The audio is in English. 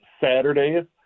Saturdays